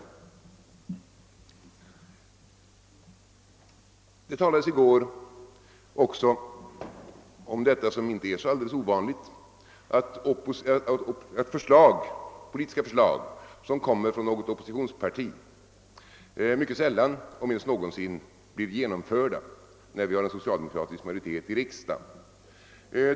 I går talades också om någonting som inte är så alldeles ovanligt, nämligen att politiska förslag som kommer från något oppositionsparti mycket sällan, om ens någonsin, blir genomförda när vi har en socialdemokratisk majoritet i riksdagen.